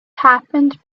happened